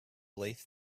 lathe